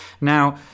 now